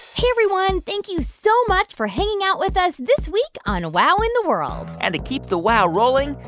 hey, everyone. thank you so much for hanging out with us this week on wow in the world and to keep the wow rolling,